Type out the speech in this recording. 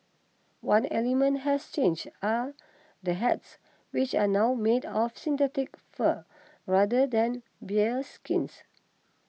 one element has changed are the hats which are now made of synthetic fur rather than bearskins